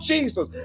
Jesus